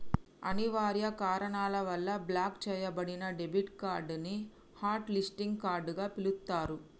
అనివార్య కారణాల వల్ల బ్లాక్ చెయ్యబడిన డెబిట్ కార్డ్ ని హాట్ లిస్టింగ్ కార్డ్ గా పిలుత్తరు